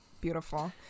Beautiful